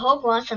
בהוגוורטס,